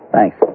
Thanks